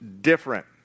different